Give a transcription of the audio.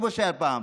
כמו שהיה פעם,